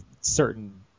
certain